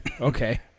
okay